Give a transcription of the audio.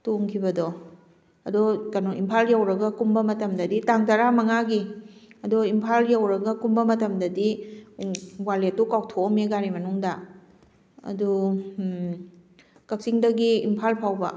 ꯇꯣꯡꯈꯤꯕꯗꯣ ꯑꯗꯣ ꯀꯩꯅꯣ ꯏꯝꯐꯥꯜ ꯌꯧꯔꯒ ꯀꯨꯝꯕ ꯃꯇꯝꯗꯗꯤ ꯇꯥꯡ ꯇꯔꯥ ꯃꯉꯥꯒꯤ ꯑꯗꯣ ꯏꯝꯐꯥꯜ ꯌꯧꯔꯒ ꯀꯨꯝꯕ ꯃꯇꯝꯗꯗꯤ ꯋꯥꯜꯂꯦꯠꯇꯨ ꯀꯥꯎꯊꯣꯛꯑꯝꯃꯦ ꯒꯥꯔꯤ ꯃꯅꯨꯡꯗ ꯑꯗꯣ ꯀꯛꯆꯤꯡꯗꯒꯤ ꯏꯝꯐꯥꯜ ꯐꯥꯎꯕ